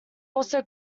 also